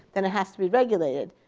then it has to be regulated.